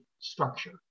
structure